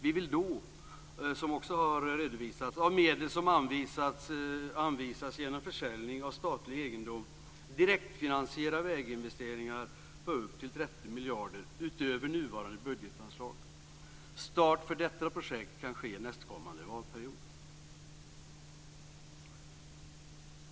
Vi vill då, som också har redovisats, av medel som anvisas genom försäljning av statlig egendom direktfinansiera väginvesteringar på upp till 30 miljarder utöver nuvarande budgetanslag. Start för detta projekt kan ske nästkommande valperiod.